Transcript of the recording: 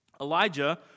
Elijah